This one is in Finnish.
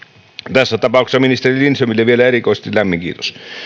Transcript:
tässä tapauksessa ministeri lindströmille vielä erikoisesti lämmin kiitos